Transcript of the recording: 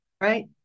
Right